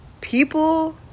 people